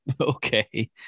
Okay